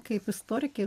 kaip istorikei